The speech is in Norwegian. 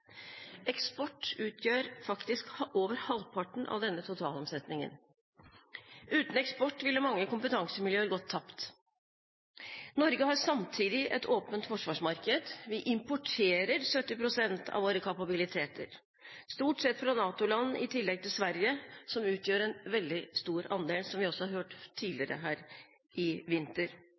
Eksport utgjør faktisk over halvparten av denne totalomsetningen. Uten eksport ville mange kompetansemiljøer gått tapt. Norge har samtidig et åpent forsvarsmarked. Vi importerer 70 pst. av våre kapabiliteter – stort sett fra NATO-land, i tillegg til fra Sverige, som utgjør en veldig stor andel, noe vi også har hørt tidligere i vinter.